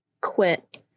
quit